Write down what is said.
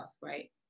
right